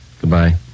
Goodbye